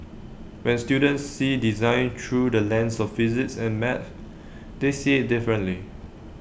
when students see design through the lens of physics and maths they see IT differently